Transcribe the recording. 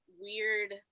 weird